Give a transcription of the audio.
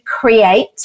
create